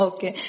Okay